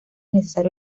necesario